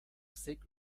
seek